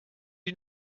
you